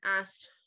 asked